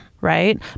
right